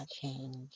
change